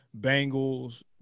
Bengals